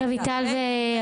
לי